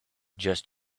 just